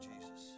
Jesus